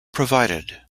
provided